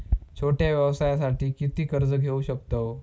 छोट्या व्यवसायासाठी किती कर्ज घेऊ शकतव?